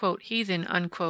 heathen